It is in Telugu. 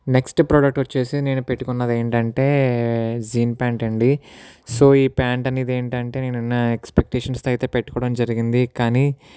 నెక్స్ట్ ప్రోడక్ట్ వచ్చేసి నేను పెట్టుకున్నది ఏంటంటే జీన్ ప్యాంటు అండి సో ఈ ప్యాంటు అనేది ఏంటంటే నేను నా ఎక్స్పెక్టేషన్స్ అయితే పెట్టుకోవడం జరిగింది కానీ